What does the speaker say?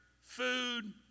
food